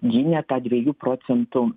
gynė tą dviejų procentų